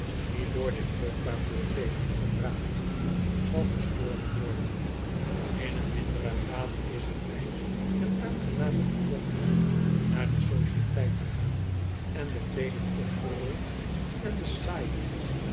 niet door dit vruchtbaar voorttelende gepraat zal gestoord worden in een minderen graad is t mij een aangenamen triumf naar de sociëteit te gaan en de kleeden opgerold en de